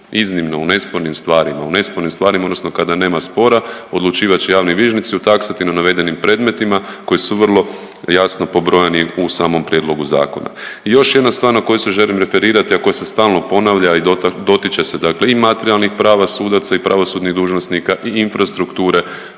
iznimno u nespornim stvarima, u nespornim stvarima odnosno kada nema spora odlučivat će javni bilježnici u taksativno navedenim predmetima koji su vrlo jasno pobrojani u samom prijedlogu zakona. I još jedna stvar na koju se želim referirati a koja se stalno ponavlja i dotiče se, dakle i materijalnih prava sudaca i pravosudnih dužnosnika i infrastrukture